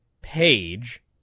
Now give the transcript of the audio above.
Page